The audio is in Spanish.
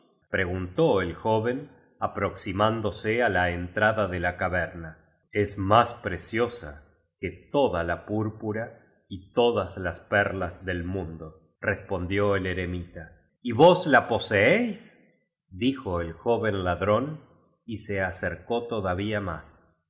guntó el joven aproximándose á la entrada de la caverna es más preciosa que toda la púrpura y todas las perlas del mundo respondió el eremita y vos la poseéis dijo el joven ladrón y se acercó to davía más